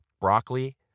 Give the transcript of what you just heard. broccoli